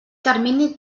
termini